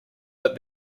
but